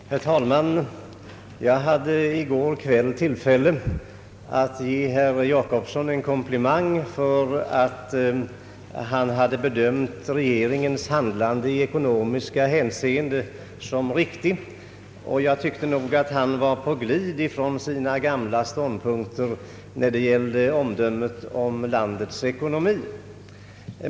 Herr talman! Jag hade i går kväll tillfälle att ge herr Jacobsson en komplimang för att han hade bedömt regeringens handlande i ekonomiskt hänseende som riktigt, och jag tyckte nog att han var på glid ifrån sina gamla ståndpunkter när det gällde omdömet om landets ekonomi.